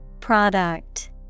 Product